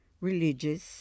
Religious